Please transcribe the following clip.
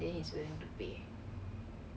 at least he dare